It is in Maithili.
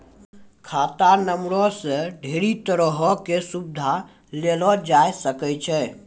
खाता नंबरो से ढेरी तरहो के सुविधा लेलो जाय सकै छै